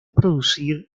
producir